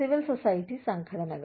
civil society സംഘടനകൾ